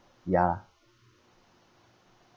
ya